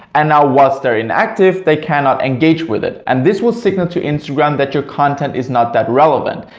and now once they're inactive they cannot engage with it and this will signal to instagram that your content is not that relevant.